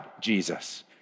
Jesus